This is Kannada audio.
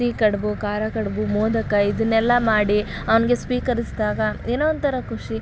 ಸಿಹಿ ಕಡುಬು ಖಾರ ಕಡುಬು ಮೋದಕ ಇದನ್ನೆಲ್ಲ ಮಾಡಿ ಅವ್ನಿಗೆ ಸ್ವೀಕರಿಸಿದಾಗ ಏನೋ ಒಂಥರ ಖುಷಿ